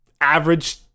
average